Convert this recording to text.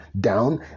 down